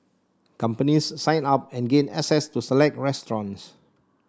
companies sign up and gain access to select restaurants